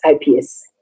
IPS